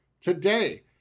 today